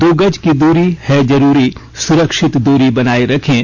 दो गज की दूरी है जरूरी सुरक्षित दूरी बनाए रखें